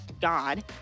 God